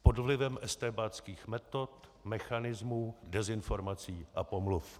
Pod vlivem estébáckých metod, mechanismů, dezinformací a pomluv.